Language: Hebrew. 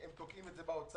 הם תוקעים את זה באוצר.